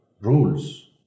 rules